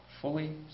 Fully